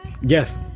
yes